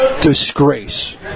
disgrace